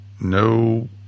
no